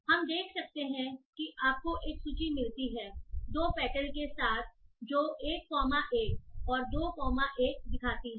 हम देख सकते हैं कि आपको एक सूची मिलती है 2 पेटल के साथ जो 1 कोमा 1 और 2 कोमा 1 दिखाती है